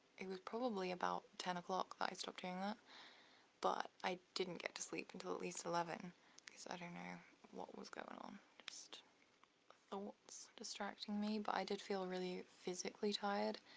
it was probably about ten o'clock that i stopped doing that but i didn't get to sleep until at least eleven i don't know what was going on. just thoughts distracting me. but i did feel really physically tired,